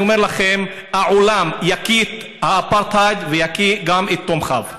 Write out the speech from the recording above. אני אומר לכם: העולם יקיא את האפרטהייד ויקיא גם את תומכיו.